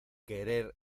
querer